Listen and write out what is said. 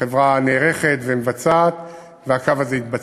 החברה נערכת ומבצעת והקו הזה יתבצע.